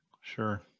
Sure